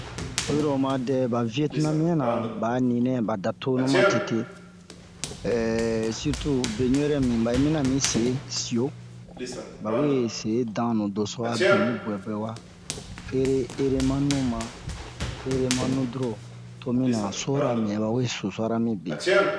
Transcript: Oyiro oma dɛ ba viɛtnamiyɛn na ba a ni nɛ ba da tonu ma tete sirtu be ɲu'ere mimi ba yi mina ami se sio ba we se danu doso a be mi bu'ɛ-bu'ɛ wa ere ere ma numa ere ma nudoro to mini han sora mi aba we susara mi be